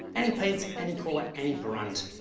any paints, any color, any brand.